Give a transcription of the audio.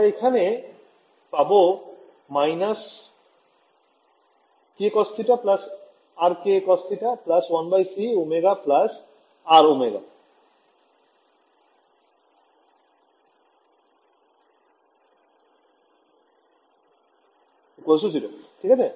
আমরা এখানে পাবো − k cos θ Rk cos θ 1c ω Rω 0 ঠিক আছে